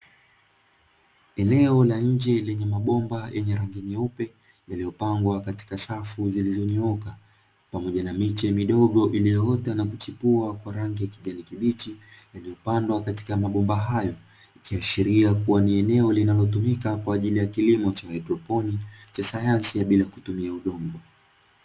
Eneo na nje lenye mabomba yenye rangi nyeupe yaliyopangwa katika safu zilizonyooka pamoja na miche midogo iliyoota na kuchipua kwa rangi ya kijani kibichi yaliyopandwa katika mabomba hayo, ikiashiria kuwa ni eneo linalotumika kwa ajili ya kilimo cha haidroponi cha sayansi ya bila kutumia udongo.